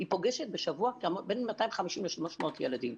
היא פוגשת בשבוע בין 250 ל-300 ילדים.